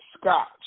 scotch